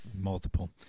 multiple